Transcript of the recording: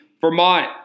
Vermont –